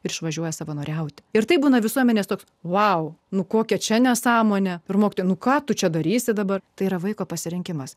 išvažiuoja savanoriauti ir taip būna visuomenės toks wow nu kokia čia nesąmonė ir mokytoja nu ką tu čia darysi dabar tai yra vaiko pasirinkimas